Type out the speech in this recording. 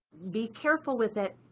be careful with it,